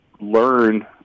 learn